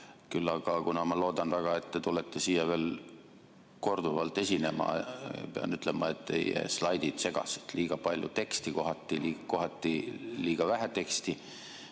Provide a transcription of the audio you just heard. Aga kuna ma loodan väga, et te tulete siia veel korduvalt esinema, siis pean ütlema, et teie slaidid segasid. Kohati liiga palju teksti, kohati liiga vähe teksti.